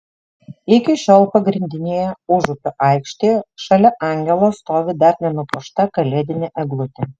iki šiol pagrindinėje užupio aikštėje šalia angelo stovi dar nenupuošta kalėdinė eglutė